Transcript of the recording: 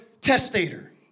testator